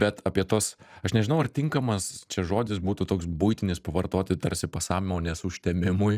bet apie tuos aš nežinau ar tinkamas čia žodis būtų toks buitinis pavartoti tarsi pasąmonės užtemimui